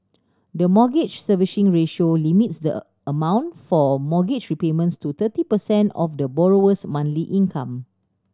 the Mortgage Servicing Ratio limits the amount for mortgage repayments to thirty percent of the borrower's monthly income